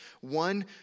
One